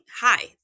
hi